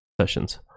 sessions